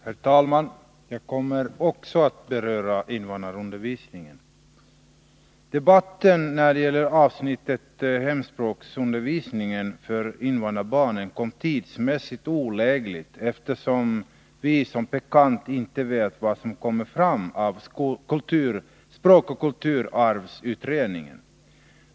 Herr talman! Jag kommer också att beröra invandrarundervisningen. Debatten när det gäller avsnittet hemspråksundervisning för invandrarbarn kom tidsmässigt olägligt, eftersom vi som bekant inte vet vad som kommer fram i språkoch kulturarvsutredningen.